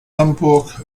hamburg